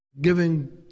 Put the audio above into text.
giving